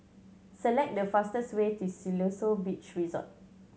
select the fastest way to Siloso Beach Resort